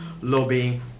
lobbying